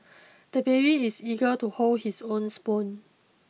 the baby is eager to hold his own spoon